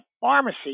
pharmacy